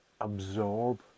absorb